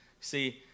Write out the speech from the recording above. See